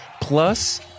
plus